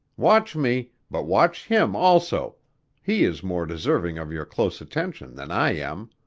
watch me, but watch him also he is more deserving of your close attention than i am.